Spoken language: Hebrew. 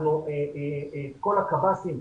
כל הקב"סים,